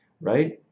right